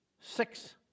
Six